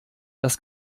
das